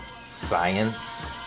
science